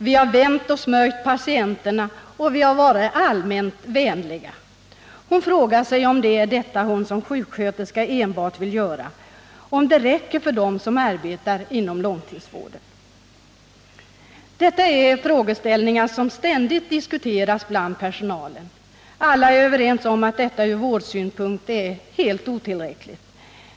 Vi har vänt och smort patienterna, och vi har varit allmänt vänliga.” Hon frågar sig om det är detta hon som sjuksköterska enbart vill göra och om det räcker för dem som arbetar inom långtidsvården. Detta är frågeställningar som ständigt diskuteras bland personalen. Alla är överens om att det hela från vårdsynpunkt är otillräckligt.